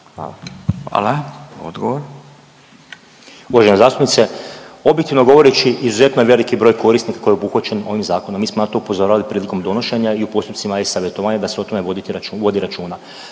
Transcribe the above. Darijo** Uvažena zastupnice, objektivno govoreći, izuzetno je veliki broj korisnika koji je obuhvaćen ovim zakonom, mi smo na to upozoravali prilikom donošenja i u postupcima e-Savjetovanja da se o tome vodi računa.